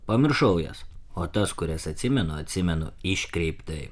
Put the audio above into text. pamiršau jas o tas kurias atsimenu atsimenu iškreiptai